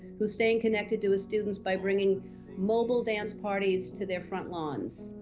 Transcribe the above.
who's staying connected to his students by bringing mobile dance parties to their front lawns.